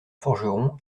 forgeron